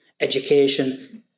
Education